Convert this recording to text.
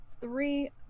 Three